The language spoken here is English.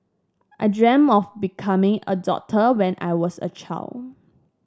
I dream of becoming a doctor when I was a child